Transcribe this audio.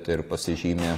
tai ir pasižymi